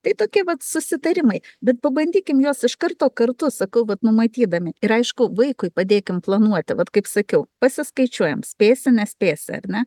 tai tokie vat susitarimai bet pabandykim juos iš karto kartu sakau vat numatydami ir aišku vaikui padėkim planuoti vat kaip sakiau pasiskaičiuojam spėsi nespėsi ar ne